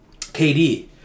KD